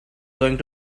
going